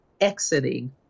exiting